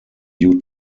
due